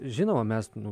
žinoma mes nu